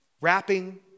rapping